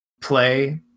play